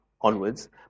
onwards